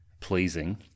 pleasing